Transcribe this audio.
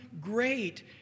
great